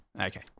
Okay